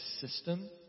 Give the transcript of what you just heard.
system